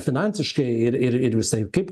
finansiškai ir ir ir visaip kaip